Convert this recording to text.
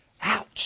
Ouch